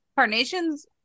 carnations